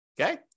Okay